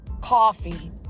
coffee